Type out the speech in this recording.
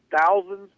thousands